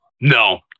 No